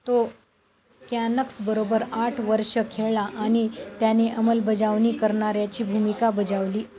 तो कॅनक्सबरोबर आठ वर्ष खेळला आणि त्याने अंमलबजावणी करणाऱ्याची भूमिका बजावली